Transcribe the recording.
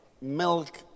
milk